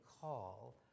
call